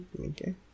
Okay